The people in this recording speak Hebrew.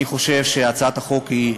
אני חושב שהצעת החוק היא ראויה.